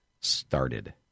started